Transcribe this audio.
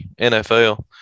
NFL